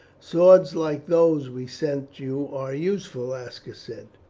swords like those we sent you are useful, aska said.